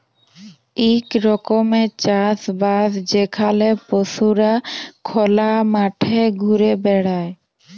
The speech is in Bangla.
ইক রকমের চাষ বাস যেখালে পশুরা খলা মাঠে ঘুরে বেড়ায়